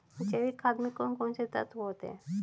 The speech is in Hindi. जैविक खाद में कौन कौन से तत्व होते हैं?